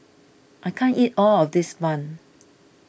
I can't eat all of this Bun